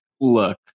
look